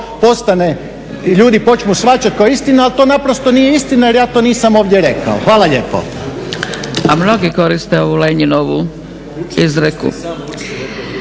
postane ljudi počnu shvaćati kao istinu, ali to naprosto nije istina jer ja to nisam ovdje rekao. Hvala lijepa. **Zgrebec, Dragica (SDP)** A mnogi koriste ovu Lenjinovu izreku.